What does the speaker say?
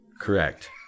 Correct